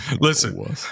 listen